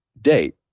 date